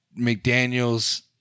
McDaniels